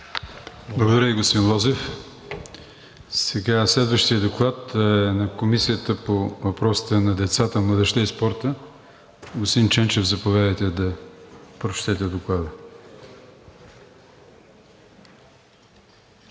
Благодаря Ви, господин Лозев. Следващият доклад е на Комисията по въпросите на децата, младежта и спорта. Господин Ченчев, заповядайте да прочетете доклада.